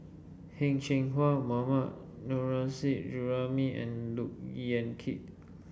Heng Cheng Hwa Mohammad Nurrasyid Juraimi and Look Yan Kit